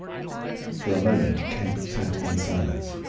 for a moment kemp sat in silence,